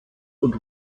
und